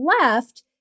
left